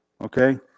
okay